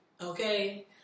Okay